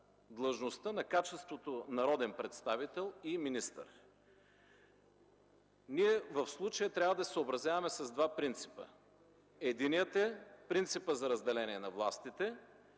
на качеството народен представител и министър. В случая ние трябва да се съобразяваме с два принципа – единият, е принципът за разделение на властите,